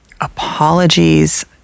apologies